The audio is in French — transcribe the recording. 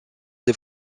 des